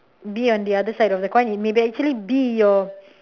be on the other side of the coin it may be actually be your